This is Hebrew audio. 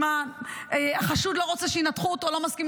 אם החשוד לא רוצה שינתחו אותו או לא מסכים,